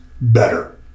better